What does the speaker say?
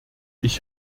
ich